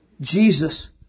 Jesus